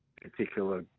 particular